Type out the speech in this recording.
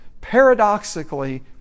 paradoxically